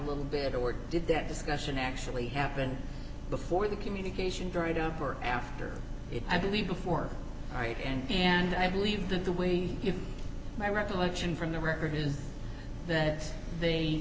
little bit or did that discussion actually happen before the communication dried up or after i believe before right and and i believe that the way if my recollection from the record is that the